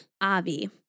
Avi